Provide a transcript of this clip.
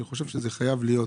אני חושב שחייבות להיות